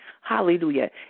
Hallelujah